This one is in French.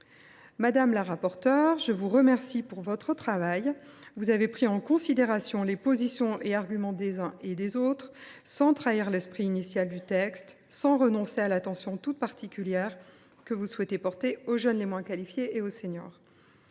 Madame le rapporteur, je vous remercie de votre travail. Vous avez pris en considération les positions et arguments des uns et des autres, sans trahir l’esprit initial du texte ni renoncer à l’attention toute particulière que vous souhaitez porter aux jeunes les moins qualifiés et aux seniors.